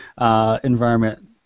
environment